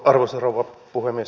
arvoisa rouva puhemies